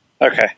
Okay